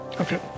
Okay